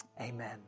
Amen